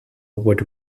would